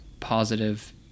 positive